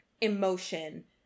emotion